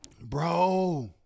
bro